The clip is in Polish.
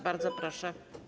Bardzo proszę.